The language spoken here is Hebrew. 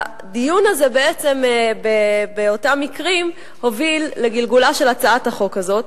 הדיון הזה באותם מקרים הוביל לגלגולה של הצעת החוק הזאת.